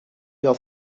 your